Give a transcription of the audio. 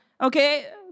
Okay